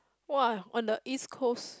!wah! on the East Coast